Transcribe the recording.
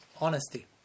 Honesty